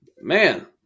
Man